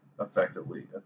effectively